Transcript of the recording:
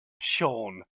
Sean